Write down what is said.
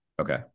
okay